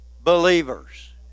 believers